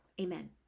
Amen